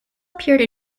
appeared